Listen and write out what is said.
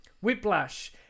Whiplash